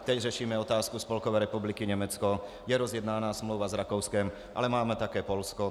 Teď řešíme otázku Spolkové republiky Německo, je rozjednána smlouva s Rakouskem, ale máme také Polsko...